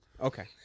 Okay